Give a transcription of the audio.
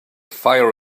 fire